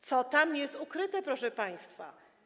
Co tam jest ukryte, proszę państwa?